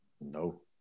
No